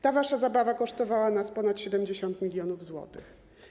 Ta wasza zabawa kosztowała nas ponad 70 mln zł.